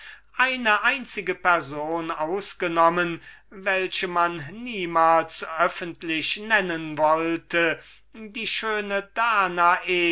eine einzige person ausgenommen die sie niemals öffentlich nennen wollten die schöne danae